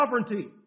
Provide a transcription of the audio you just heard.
sovereignty